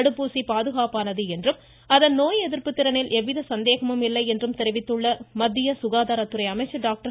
தடுப்பூசி பாதுகாப்பானது என்றும் அதன் நோய் எதிர்ப்பு திறனில் எவ்வித சந்தேகமும் இல்லை என்றும் தெரிவித்துள்ள மத்திய சுகாதாரத்துறை அமைச்சர் டாக்டர்